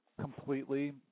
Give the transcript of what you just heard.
completely